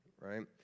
right